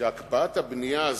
שהקפאת הבנייה הזאת,